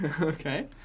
Okay